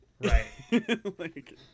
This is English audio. right